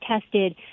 tested